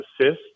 assist